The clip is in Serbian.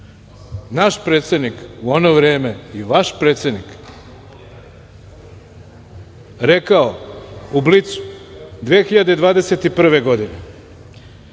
naš predsednik u ono vreme i vaš predsednik rekao u „Blicu“ 2021. godine